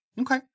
Okay